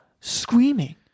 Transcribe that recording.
screaming